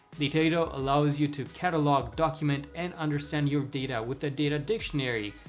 dataedo allows you to catalog, document, and understand your data with a data dictionary,